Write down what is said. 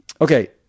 Okay